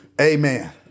Amen